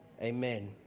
amen